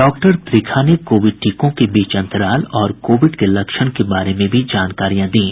doctor Trikha ने covid टीकों के बीच अंतराल और कोविड के लक्षण के बारे में भी जानकारी दीं